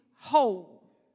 whole